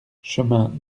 chemin